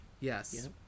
Yes